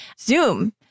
Zoom